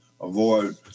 avoid